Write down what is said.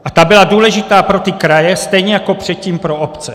A ta byla důležitá pro ty kraje, stejně jako předtím pro obce.